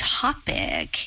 topic